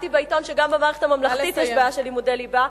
קראתי בעיתון שגם במערכת הממלכתית יש בעיה של לימודי ליבה,